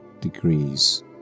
degrees